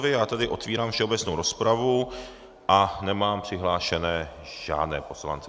Já tedy otevírám všeobecnou rozpravu a nemám přihlášené žádné poslance.